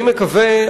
אני מקווה,